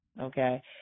okay